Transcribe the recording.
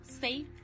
safe